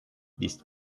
this